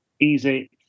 easy